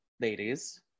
ladies